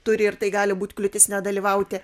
turi ir tai gali būti kliūtis nedalyvauti